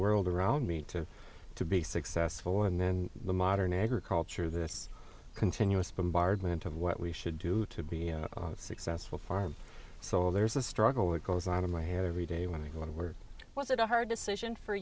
world around me to to be successful in the modern agriculture this continuous bombardment of what we should do to be a successful farm so there's a struggle that goes on in my head every day when and where was it a hard decision for